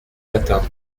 matins